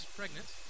pregnant